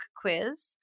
quiz